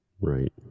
Right